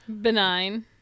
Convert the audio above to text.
Benign